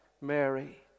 Mary